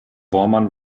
bohrmann